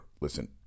Listen